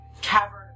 cavern